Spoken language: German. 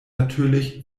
natürlich